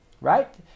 right